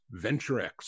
VentureX